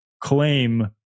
claim